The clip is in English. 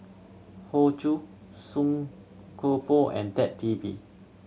Hoey Choo Song Koon Poh and Ted De